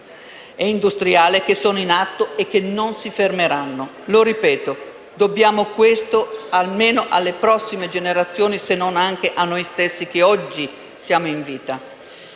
e industriale, che sono in atto e che non si fermeranno. Lo ripeto: lo dobbiamo almeno alle prossime generazioni, se non anche a noi stessi, che oggi siamo in vita.